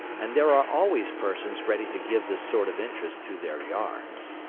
and there are always persons ready to give this sort of interest to their yarns.